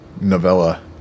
novella